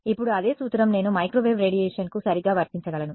ఇప్పుడు అదే సూత్రం నేను మైక్రోవేవ్ రేడియేషన్కు సరిగ్గా వర్తించగలను